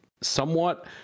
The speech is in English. somewhat